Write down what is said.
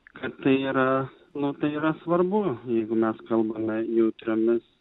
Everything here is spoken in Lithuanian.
kad tai yra nu tai yra svarbu jeigu mes kalbame jautriomis